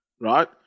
right